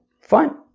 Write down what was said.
fine